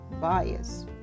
bias